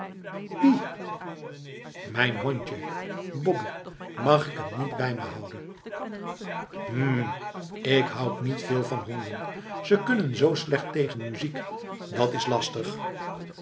wie mijn hondje boppie mag ik hem hier bij mij houden hm k houd niet veel van honden ze kunnen zoo slecht tegen muziek dat's lastig